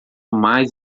mais